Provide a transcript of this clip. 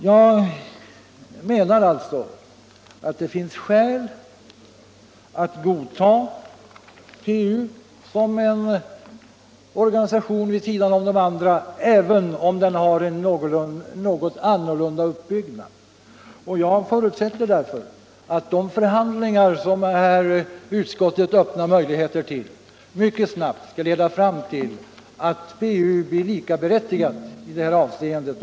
Jag menar alltså att det finns skäl att godta PU som en organisation vid sidan av de andra, även om den har en något annorlunda uppbyggnad. Jag förutsätter därför att de förhandlingar som utskottet öppnar möjligheter till mycket snabbt skall leda fram till att PU blir likaberättigat i det här avseendet och får bidrag precis som andra ungdomsorganisationer. den det ej vill röstar nej.